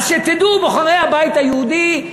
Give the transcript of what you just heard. אז שתדעו, בוחרי הבית היהודי,